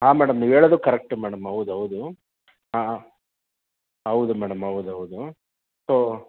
ಹಾಂ ಮೇಡಮ್ ನೀವೇಳೋದು correct madam ಹೌದು ಹೌದು ಹಾಂ ಹೌದು ಮೇಡಮ್ ಹೌದು ಹೌದು ಸೊ